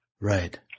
Right